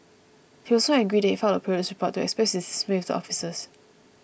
he was so angry that he filed a police report to express his dismay with the officers